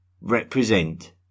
represent